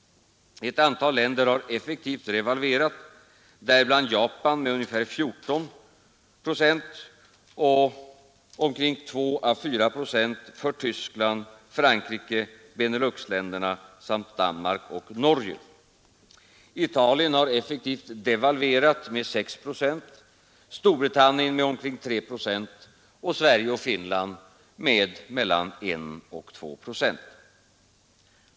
Ett antal länder har effektivt revalverat, däribland Japan med ca 14 procent och Tyskland, Frankrike, Beneluxländerna samt Danmark och Norge med 2—4 procent. Italien har effektivt devalverat med 6 procent, Storbritannien med omkring 3 procent och Sverige och Finland med mellan 1 och 2 procent.